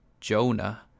Jonah